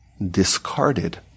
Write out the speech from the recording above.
Discarded